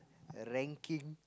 a ranking